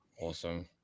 awesome